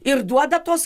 ir duoda tos